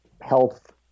health